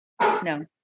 No